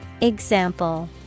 Example